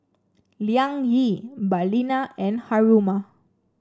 Liang Yi Balina and Haruma